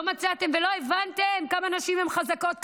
לא מצאתם ולא הבנתם כמה נשים הן חזקות?